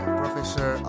professor